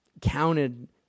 counted